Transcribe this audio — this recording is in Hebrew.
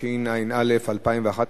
התשע"א 2011,